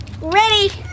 Ready